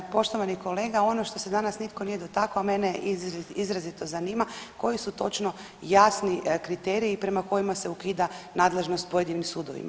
Poštovani kolega ono što se danas nitko nije dotakao, a mene izrazito zanima koji su točno jasni kriteriji prema kojima se ukida nadležnost pojedinim sudovima.